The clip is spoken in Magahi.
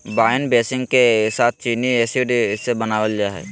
वाइन बेसींग के साथ चीनी एसिड से बनाबल जा हइ